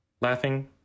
laughing